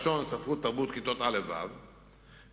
לשון, ספרות, תרבות לכיתות א' ו'; ב.